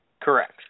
Correct